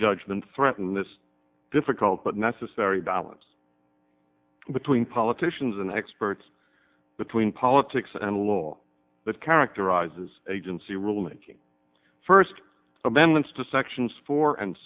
judgment threaten this difficult but necessary balance between politicians and experts between politics and law that characterizes agency rulemaking first amendments to sections four and